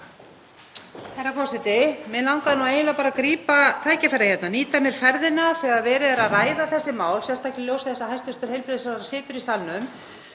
Herra forseti. Mig langaði eiginlega bara að grípa tækifærið hérna, nýta ferðina þegar verið er að ræða þessi mál, sérstaklega í ljósi þess að hæstv. heilbrigðisráðherra situr í salnum.